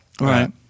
right